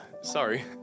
Sorry